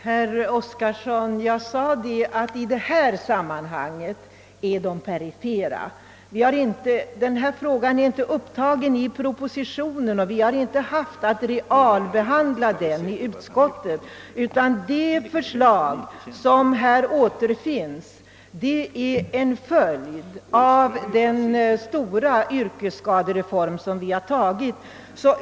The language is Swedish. Herr Oskarson, jag sade att i det här sammanhanget är de perifera! Frågan är inte upptagen i propositionen, och vi har alltså inte haft att realbehandla den inom utskottet, utan det förslag som här återfinns är en följd av den stora yrkesskadereform som vi har beslutat.